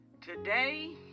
today